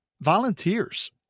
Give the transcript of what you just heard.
volunteers